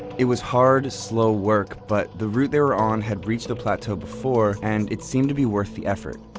it was hard, slow work, but the route they were on had reached the plateau before, and it seemed to be worth the effort.